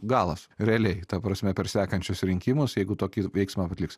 galas realiai ta prasme per sekančius rinkimus jeigu tokį veiksmą atliks